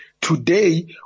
Today